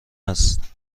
است